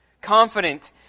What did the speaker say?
Confident